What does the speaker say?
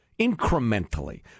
Incrementally